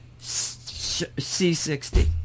C60